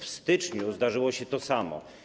W styczniu zdarzyło się to samo.